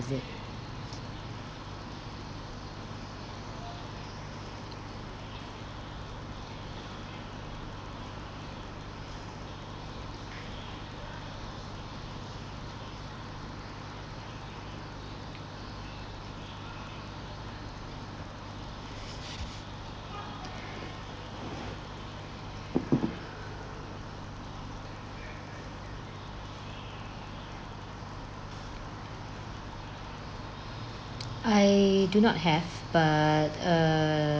I do not have but err